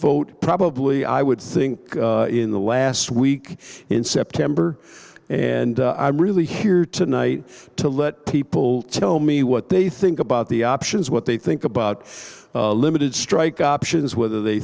vote probably i would think in the last week in september and i'm really here tonight to let people tell me what they think about the options what they think about a limited strike options whether they